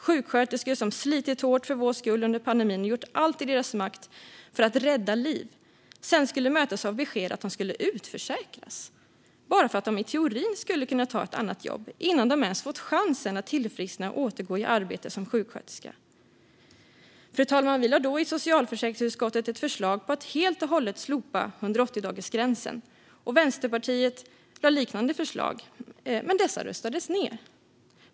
Sjuksköterskor som har slitit hårt för vår skull under pandemin och har gjort allt i sin makt för att rädda liv skulle sedan mötas av beskedet att de skulle utförsäkras bara för att de i teorin skulle kunna ta ett annat jobb innan de ens fått chansen att tillfriskna och återgå i arbete som sjuksköterskor. Fru talman! Vi lade fram ett förslag i socialförsäkringsutskottet om att helt och hållet slopa 180-dagarsgränsen, och Vänsterpartiet lade fram liknande förslag. Men dessa röstades ned.